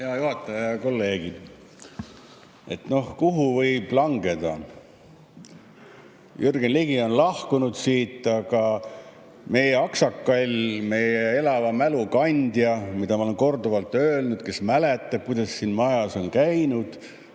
Hea juhataja! Kolleegid! Noh, kuhu võib langeda? Jürgen Ligi on lahkunud siit, aga ... Meie aksakall, meie elava mälu kandja, nagu ma olen korduvalt öelnud, kes mäletab, kuidas siin majas on asjad